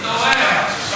תתעורר.